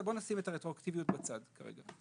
בוא נשים את הרטרואקטיביות בצד כרגע.